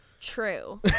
True